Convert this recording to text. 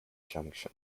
junction